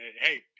Hey